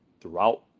throughout